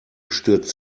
stürzt